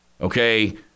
okay